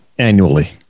annually